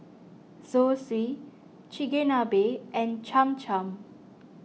Zosui Chigenabe and Cham Cham